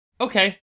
Okay